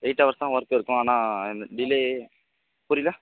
eight hours தான் work இருக்கும் ஆனால் இந்த டிலே புரியல